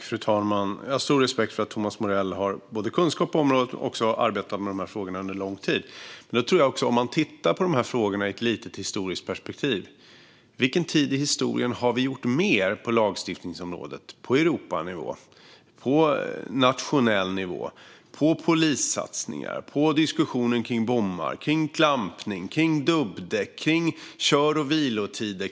Fru talman! Jag har stor respekt för att Thomas Morell både har kunskap om och har arbetat med de här frågorna under lång tid. Om man tittar på de här frågorna i ett lite historiskt perspektiv blir frågan: Vilken tid i historien har vi gjort mer på lagstiftningsområdet? Det gäller på Europanivå och på nationell nivå. Det gäller polissatsningar, diskussionen om bommar, klampning, dubbdäck och kör och vilotider.